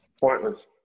Pointless